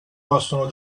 possono